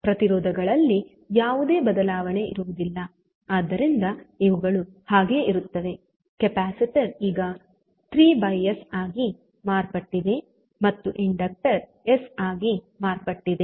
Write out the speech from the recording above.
ಪ್ರತಿರೋಧಗಳಲ್ಲಿ ಯಾವುದೇ ಬದಲಾವಣೆ ಇರುವುದಿಲ್ಲ ಆದ್ದರಿಂದ ಇವುಗಳು ಹಾಗೇ ಇರುತ್ತವೆ ಕೆಪಾಸಿಟರ್ ಈಗ 3𝑠 ಆಗಿ ಮಾರ್ಪಟ್ಟಿದೆ ಮತ್ತು ಇಂಡಕ್ಟರ್ s ಆಗಿ ಮಾರ್ಪಟ್ಟಿದೆ